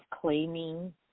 claiming